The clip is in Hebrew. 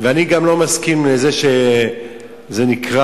אני גם לא מסכים שזה נקרא,